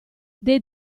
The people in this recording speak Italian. dei